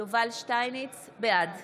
שטייניץ, בעד